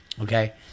okay